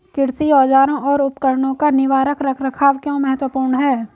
कृषि औजारों और उपकरणों का निवारक रख रखाव क्यों महत्वपूर्ण है?